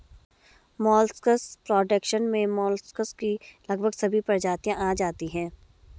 molluscs production में molluscs की लगभग सभी प्रजातियां आ जाती हैं